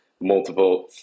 multiple